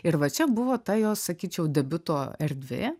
ir va čia buvo ta jos sakyčiau debiuto erdvė